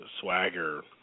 Swagger